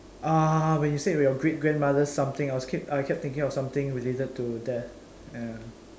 ah when you said about your great grandmother's something I was keep I kept thinking of something related to death ya